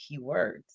keywords